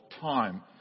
time